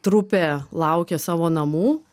trupė laukė savo namų